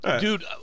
Dude